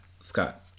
Scott